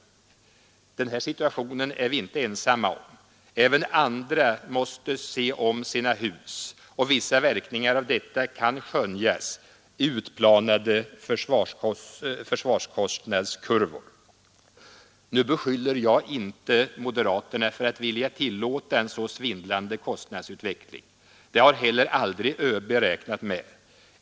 Den situationen är vi inte ensamma om. Även andra måste se om sina hus, och vissa verkningar av detta kan skönjas i utplanade försvarskostnadskurvor. Nu beskyller jag inte moderaterna för att vilja tillåta en så svindlande kostnadsutveckling. Det har heller aldrig ÖB räknat med.